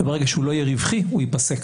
ברגע שהוא לא יהיה רווחי, הוא יפסק.